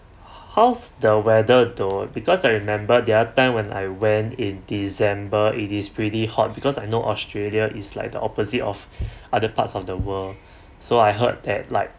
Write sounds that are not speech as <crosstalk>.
how's the weather though because I remember the other time when I went in december it is pretty hot because I know australia is like the opposite <breath> of other parts of the world so I heard that like